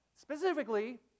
specifically